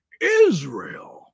Israel